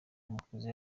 mukunzi